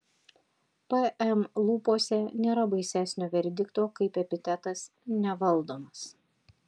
pm lūpose nėra baisesnio verdikto kaip epitetas nevaldomas